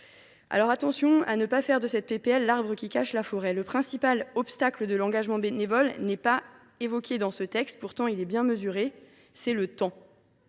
Alors, veillons à ne pas faire de cette proposition de loi l’arbre qui cache la forêt. Le principal obstacle à l’engagement bénévole n’est pas évoqué dans ce texte, pourtant il est bien mesuré : c’est le temps.